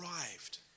arrived